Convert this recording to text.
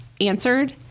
answered